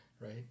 right